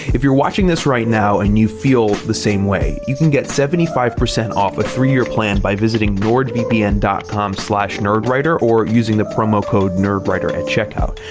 if you're watching this right now and you feel the same way, you can get seventy five percent off a three-year plan by visiting nordvpn dot com slash nerdwriter or using the promo code nerdwriter at checkout.